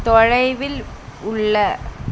தொலைவில் உள்ள